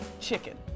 chicken